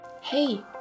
Hey